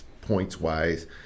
points-wise